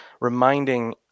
reminding